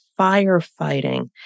firefighting